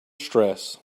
stress